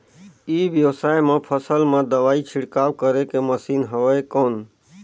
ई व्यवसाय म फसल मा दवाई छिड़काव करे के मशीन हवय कौन?